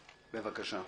בבקשה.